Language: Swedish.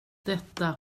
detta